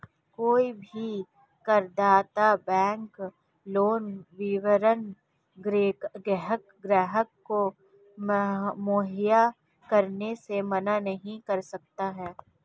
कोई भी करदाता बैंक लोन विवरण ग्राहक को मुहैया कराने से मना नहीं कर सकता है